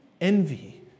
Envy